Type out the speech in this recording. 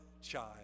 child